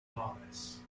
thomas